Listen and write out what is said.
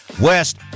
west